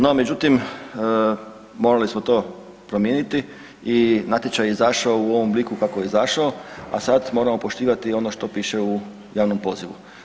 No međutim, morali smo to promijeniti i natječaj je izašao u ovom obliku kako je izašao, a sad moramo poštivati ono što piše u javnom pozivu.